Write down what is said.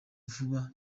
vuba